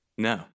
No